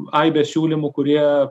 aibė siūlymų kurie